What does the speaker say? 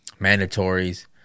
Mandatories